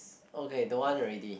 okay don't want already